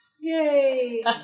Yay